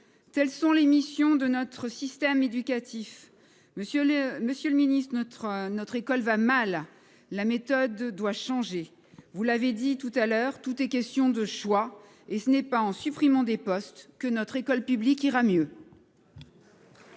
telles sont les missions de notre système éducatif. Monsieur le ministre, notre école va mal, la méthode doit changer. Vous l'avez d'ailleurs souligné, tout est question de choix : ce n'est pas en supprimant des postes que notre école publique ira mieux